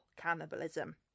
cannibalism